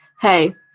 Hey